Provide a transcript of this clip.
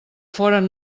foren